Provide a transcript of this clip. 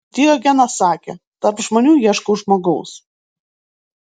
diogenas sakė tarp žmonių ieškau žmogaus